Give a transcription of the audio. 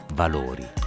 valori